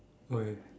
okay